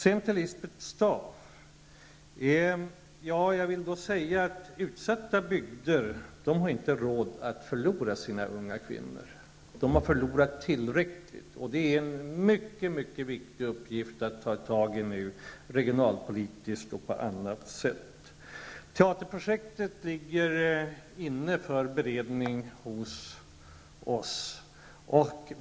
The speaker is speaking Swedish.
Till Lisbeth Staaf-Igelström vill jag säga att utsatta bygder inte har råd att förlora sina unga kvinnor. De har redan förlorat tillräckligt. Det är en mycket viktig uppgift att regionalpolitiskt och på annat sätt ta fatt i detta problem. Teaterprojektet ligger för beredning i departementet.